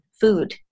food